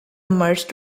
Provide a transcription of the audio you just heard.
merged